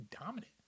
dominant